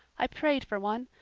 i prayed for one,